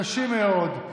קשים מאוד,